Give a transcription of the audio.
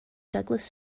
douglas